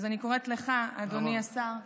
אז אני קוראת לך, אדוני השר, למה?